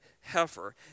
heifer